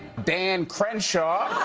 dan crenshaw